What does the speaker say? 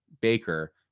baker